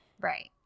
Right